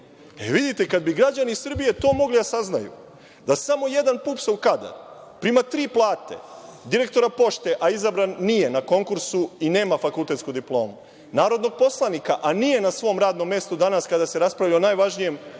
Vidite, kada bi građani Srbije to mogli da saznaju da samo jedan PUPS-ov kadar prima tri plate, direktora Pošte, a izabran nije na konkursu i nema fakultetsku diplomu, narodnog poslanika, a nije na svom radnom mestu danas kada se raspravlja o najvažnijem